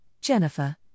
Jennifer